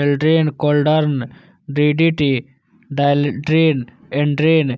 Aldrin, chlordane, DDT, dieldrin, endrin,